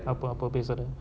அப்ப அப்ப பேசுற:apo apo pesura